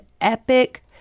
epic